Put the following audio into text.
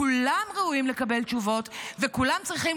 כולם ראויים לקבל תשובות וכולם צריכים